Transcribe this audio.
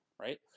right